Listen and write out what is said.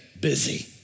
busy